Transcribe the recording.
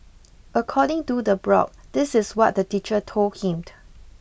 according to the blog this is what the teacher told him